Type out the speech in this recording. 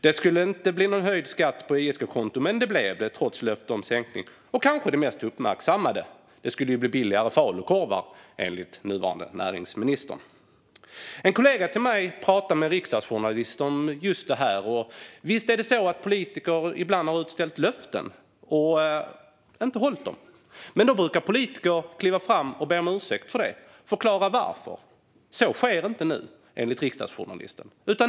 Det skulle inte bli någon höjd skatt på ISK-konton, men det blev det trots löfte om sänkning. Och kanske det mest uppmärksammade: Det skulle bli billigare falukorvar, enligt nuvarande näringsministern. En kollega till mig pratade med riksdagsjournalister om just detta. Visst har politiker ibland ställt ut löften och inte hållit dem. Men då brukar politiker kliva fram och be om ursäkt för det och förklara varför. Det sker inte nu, enligt riksdagsjournalisterna.